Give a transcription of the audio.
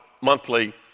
monthly